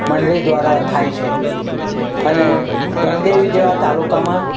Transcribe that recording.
મંડળી દ્વારા થાય છે અને ગણદેવી જેવા તાલુકામાં